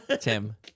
Tim